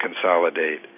consolidate